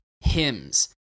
Hymns